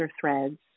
threads